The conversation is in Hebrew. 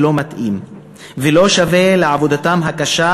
לא מתאים ולא שווה לעבודתם הקשה,